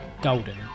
golden